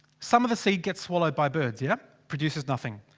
some of the seed gets swallowed by birds. yeah? produces nothing!